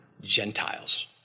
Gentiles